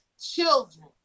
Children